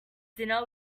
dinner